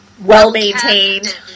well-maintained